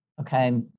okay